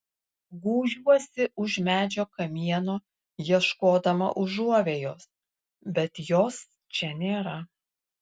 gūžiuosi už medžio kamieno ieškodama užuovėjos bet jos čia nėra